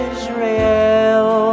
Israel